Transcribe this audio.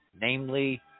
namely